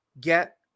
get